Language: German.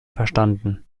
verstanden